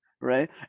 right